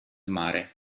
mare